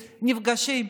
נפגשים.